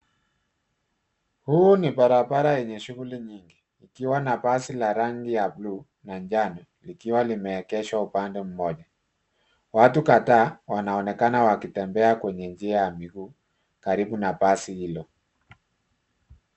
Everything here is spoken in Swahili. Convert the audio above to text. Hii ni barabara yenye shughuli nyingi, ikiwa na basi la rangi nya bluu na kijani likiwa limeegeshwa upande mmoja. Watu kadhaa, wanaonekana wakitembea kwenye njia ya miguu karibu na basi hilo.